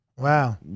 Wow